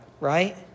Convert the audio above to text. right